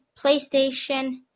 PlayStation